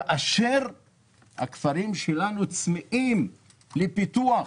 כאשר הכפרים שלנו צמאים לפיתוח.